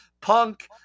Punk